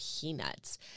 peanuts